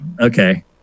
Okay